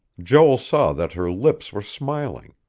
joel saw that her lips were smiling.